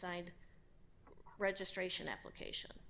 side registration application